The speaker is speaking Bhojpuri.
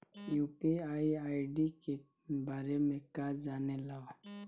यू.पी.आई आई.डी के बारे में का जाने ल?